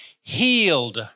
healed